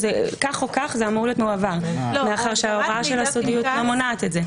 כך או כך זה אמור להיות מועבר מאחר וההוראה של הסודיות לא מונעת את זה.